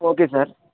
okay sir